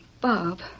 Bob